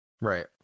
Right